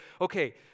Okay